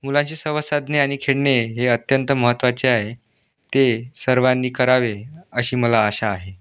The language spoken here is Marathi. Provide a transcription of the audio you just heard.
मुलांशी संवाद साधणे आणि खेळणे हे अत्यंत महत्त्वाचे आहे ते सर्वांनी करावे अशी मला आशा आहे